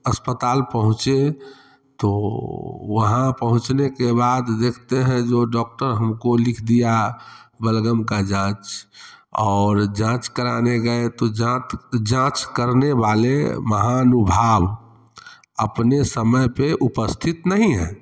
अस्पताल पहुँचे तो वहाँ पहुँचने के बाद देखते हैं जो डॉक्टर हमको लिख दिया बलगम का जाँच और जाँच कराने गए तो जांट जाँच करने वाले महानुभाव अपने समय पर उपस्थित नहीं है